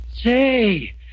Say